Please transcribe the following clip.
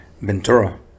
Ventura